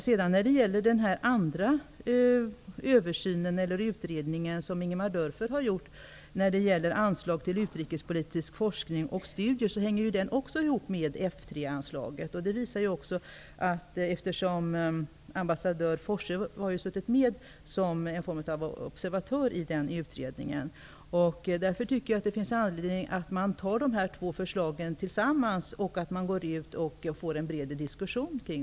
Vidare finns den andra utredningen gjord av Ingemar Dörfer om anslag till utrikespolitisk forskning och studier. Den utredningen hänger också ihop med F 3-anslaget. Ambassadör Forsse har suttit med som observatör i den utredningen. Det finns därför anledning att sätta ihop dessa två förslag och skapa en bred diskussion.